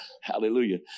Hallelujah